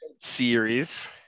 series